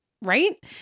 right